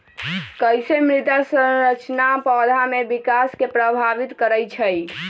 कईसे मृदा संरचना पौधा में विकास के प्रभावित करई छई?